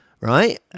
right